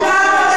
בסימפטום,